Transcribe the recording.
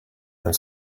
and